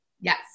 Yes